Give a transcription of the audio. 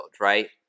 right